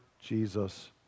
Jesus